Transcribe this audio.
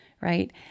right